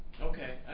Okay